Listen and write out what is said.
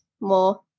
more